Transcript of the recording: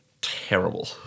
terrible